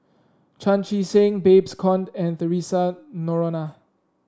Chan Chee Seng Babes Conde and Theresa Noronha